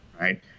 right